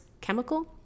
chemical